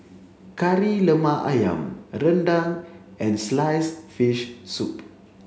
Kari Lemak Ayam Rendang and sliced fish soup